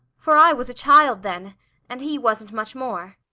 for i was a child then and he wasn't much more.